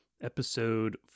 episode